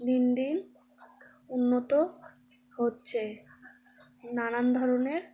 দিন দিন উন্নত হচ্ছে নানান ধরনের